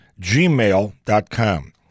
gmail.com